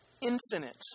infinite